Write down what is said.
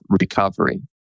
recovery